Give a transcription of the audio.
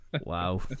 Wow